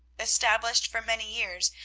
established for many years,